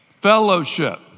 Fellowship